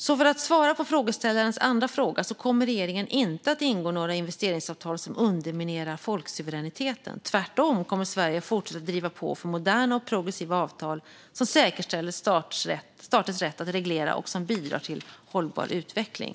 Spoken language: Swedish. Så för att svara på frågeställarens andra fråga kommer regeringen inte att ingå några investeringsavtal som underminerar folksuveräniteten. Tvärtom kommer Sverige att fortsatt driva på för moderna och progressiva avtal som säkerställer staters rätt att reglera och som också bidrar till hållbar utveckling.